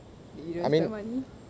you just quite funny